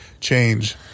change